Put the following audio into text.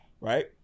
right